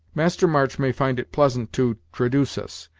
master march may find it pleasant to traduce us,